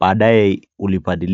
baadaye ulibadilishwa.